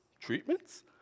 treatments